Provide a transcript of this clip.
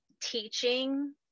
teaching